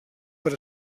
per